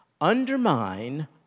Undermine